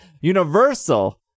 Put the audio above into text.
universal